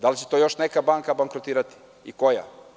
Da li će to još neka banka bankrotirati i koja?